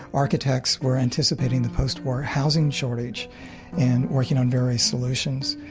architects were anticipating the post-war housing shortage and working on various solutions.